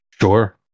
sure